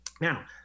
Now